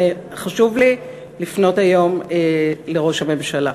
חשוב לי לפנות היום לראש הממשלה.